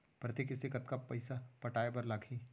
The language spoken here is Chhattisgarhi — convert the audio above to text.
प्रति किस्ती कतका पइसा पटाये बर लागही?